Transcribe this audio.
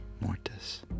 mortis